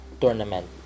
tournament